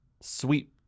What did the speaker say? Sweet